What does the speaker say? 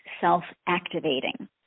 self-activating